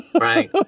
Right